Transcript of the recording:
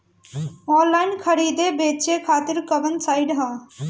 Online खरीदे बेचे खातिर कवन साइड ह?